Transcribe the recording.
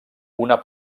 una